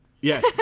Yes